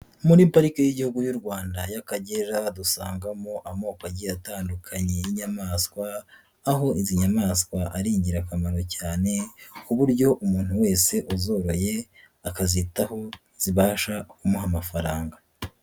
Muri parike y'igihugu y'u Rwanda y'Akagera, dusangamo amoko agiye atandukanye y'inyamaswa, aho izi nyamaswa ari ingirakamaro cyane ku buryo umuntu wese uzoroye, akazitaho, zibasha kumuha amafaranga.